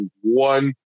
one